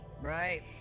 Right